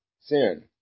sin